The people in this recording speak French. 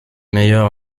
meilleurs